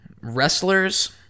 wrestlers